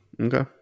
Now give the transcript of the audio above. Okay